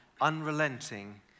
unrelenting